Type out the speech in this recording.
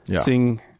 Sing